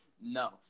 No